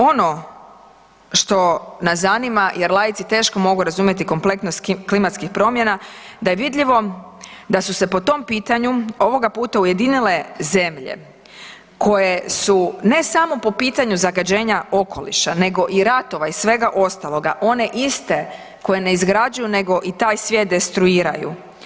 Ono što nas zanima jer laici teško mogu razumjeti kompleksnost klimatskih promjena, da je vidljivo da su se po tom pitanju ovoga puta ujedinile zemlje koje su, ne samo po pitanju zagađenja okoliša, nego i ratova i svega ostaloga one iste koje ne izgrađuju nego i taj svijet destruiraju.